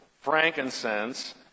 frankincense